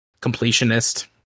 Completionist